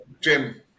Jim